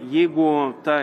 jeigu ta